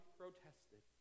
protested